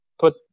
put